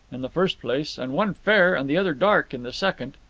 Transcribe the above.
in the first place, and one fair and the other dark in the second.